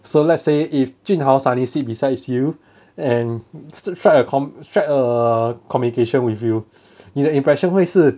so let's say if jun hao suddenly sit beside you and stri~ a strike err a communication with you 你的 impression 会是